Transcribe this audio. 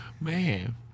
Man